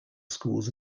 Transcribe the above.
schools